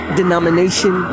denomination